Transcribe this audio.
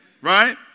right